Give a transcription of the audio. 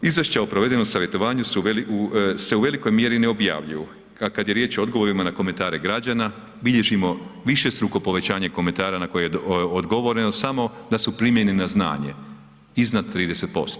Izvješća o provedenom savjetovanju se u velikoj mjeri ne objavljuju, a kad je riječ o odgovorima na komentare građana, bilježimo višestruko povećanje komentara na koje je odgovoreno samo da su primljeni na znanje, iznad 30%